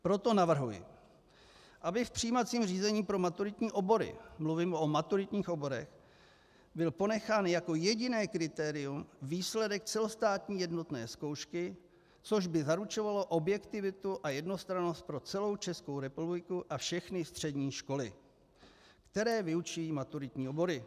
Proto navrhuji, aby v přijímacím řízení pro maturitní obory mluvím o maturitních oborech byl ponechán jako jediné kritérium výsledek celostátní jednotné zkoušky, což by zaručovalo objektivitu a jednostrannost pro celou Českou republiku a všechny střední školy, které vyučují maturitní obory.